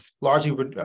largely